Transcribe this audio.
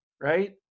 right